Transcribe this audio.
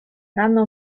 rano